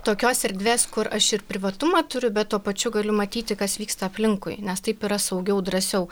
tokios erdvės kur aš ir privatumą turiu bet tuo pačiu galiu matyti kas vyksta aplinkui nes taip yra saugiau drąsiau